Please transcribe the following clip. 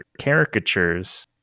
caricatures